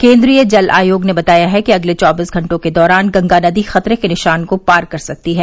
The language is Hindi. केन्द्रीय जल आयोग ने बताया है ँकि अगले चौबीस घंटे के दौरान गंगा नदी खतरे के निशान को पार कर सकती है